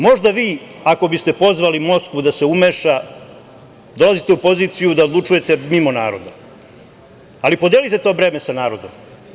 Možda vi ako biste pozvali Moskvu da se umeša, dolazite u poziciju da odlučujete mimo naroda, ali podelite to breme sa narodom.